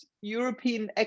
european